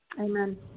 amen